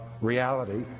reality